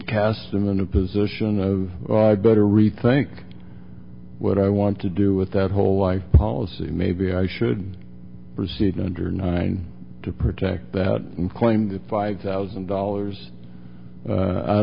cast him in a position of oh i better rethink what i want to do with that whole life policy maybe i should proceed under nine to protect that claim to five thousand dollars out o